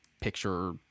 picture